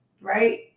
right